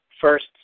first